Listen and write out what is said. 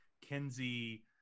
Kenzie